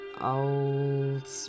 old